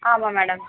ஆமாம் மேடம்